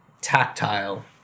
tactile